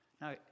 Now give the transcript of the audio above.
Now